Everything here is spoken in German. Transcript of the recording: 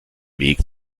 weg